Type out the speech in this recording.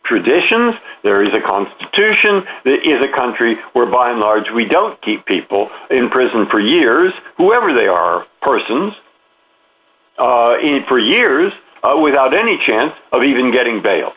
traditions there is a constitution there is a country where by and large we don't keep people in prison for years whoever they are persons and for years without any chance of even getting bail